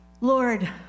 Lord